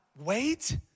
wait